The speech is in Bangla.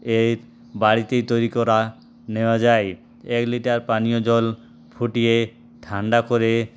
এই বাড়িতেই তৈরি করা নেওয়া যায় এক লিটার পানীয় জল ফুটিয়ে ঠান্ডা করে